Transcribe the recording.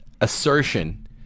assertion